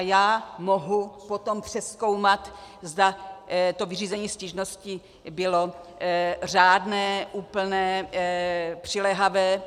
Já mohu potom přezkoumat, zda vyřízení stížnosti bylo řádné, úplné, přiléhavé.